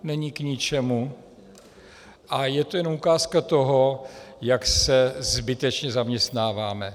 Není k ničemu a je to jen ukázka toho, jak se zbytečně zaměstnáváme.